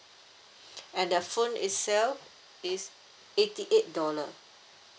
and the phone itself is eighty eight dollar